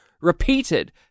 Repeated